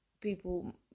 people